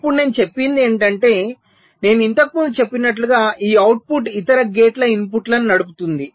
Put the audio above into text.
ఇప్పుడు నేను చెప్పేది ఏమిటంటే నేను ఇంతకుముందు చెప్పినట్లుగా ఈ అవుట్పుట్ ఇతర గేట్ల ఇన్పుట్లను నడుపుతుంది